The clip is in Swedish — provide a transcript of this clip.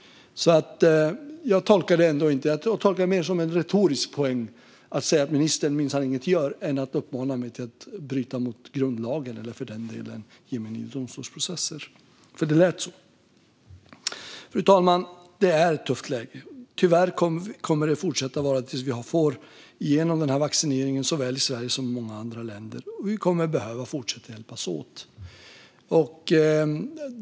Jag tolkar det mer som en retorisk poäng när hon säger att ministern minsann inget gör än som en uppmaning att jag ska bryta mot grundlagen eller ge mig in i domstolsprocesser, för det är annars vad det lät som. Fru talman! Det är ett tufft läge. Tyvärr kommer det att fortsätta att vara det tills vi får igenom vaccineringen i Sverige och i många andra länder. Vi kommer att behöva fortsätta hjälpas åt.